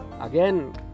again